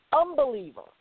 unbeliever